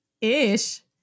ish